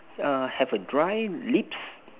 err have a dry lips